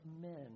men